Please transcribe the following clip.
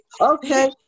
okay